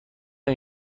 این